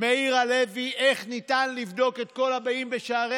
מאיר הלוי איך ניתן לבדוק את כל הבאים בשערי